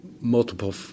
multiple